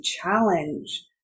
challenge